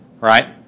Right